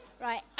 Right